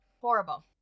Horrible